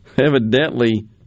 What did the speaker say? evidently